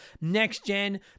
next-gen